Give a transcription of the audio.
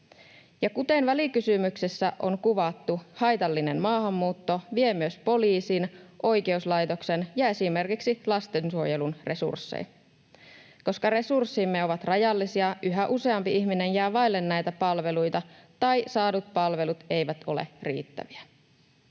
kuten välikysymyksessä on kuvattu, haitallinen maahanmuutto vie myös poliisin, oikeuslaitoksen ja esimerkiksi lastensuojelun resursseja. Koska resurssimme ovat rajallisia, yhä useampi ihminen jää vaille näitä palveluita tai saadut palvelut eivät ole riittäviä.